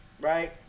right